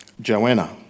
Joanna